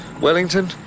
Wellington